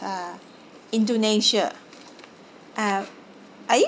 uh indonesia uh are you